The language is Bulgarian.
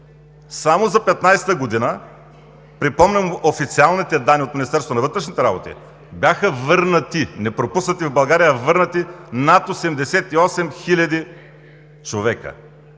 Само за 2015 г. – припомням официалните данни от Министерството на вътрешните работи, бяха върнати – не пропуснати в България, а върнати, над 88 хиляди човека.